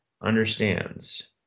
understands